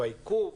והעיכוב